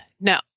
No